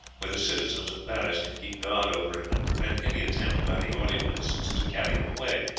where the citizens of paris can keep guard over him and prevent any attempt by the orleanists to carry him away.